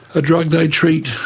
a drug they treat